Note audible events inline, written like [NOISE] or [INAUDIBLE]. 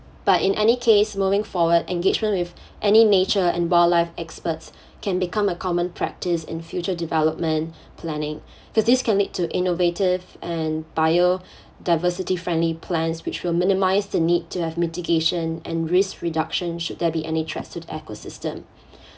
but in any case moving forward engagement with [BREATH] any nature and wildlife experts [BREATH] can become a common practice in future development [BREATH] planning [BREATH] for this can lead to innovative and bio [BREATH] diversity friendly plans which will minimize the need to have mitigation and risk reduction should there be any trusted ecosystem [BREATH]